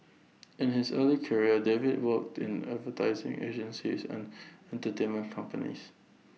in his early career David worked in advertising agencies and entertainment companies